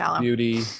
beauty